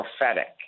prophetic